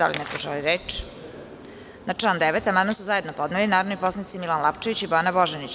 Da li neko želi reč? (Ne.) Na član 9. amandman su zajedno podneli narodni poslanici Milan Lapčević i Bojana Božanić.